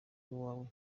iwawe